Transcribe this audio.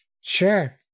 Sure